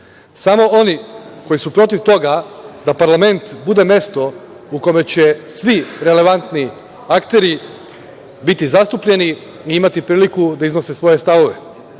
Samo oni koji su protiv toga da parlament bude mesto u kome će svi relevantni akteri biti zastupljeni i imati priliku da iznose svoje stavove. Samo